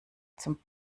zum